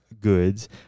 goods